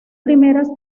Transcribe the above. primeras